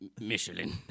Michelin